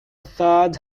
third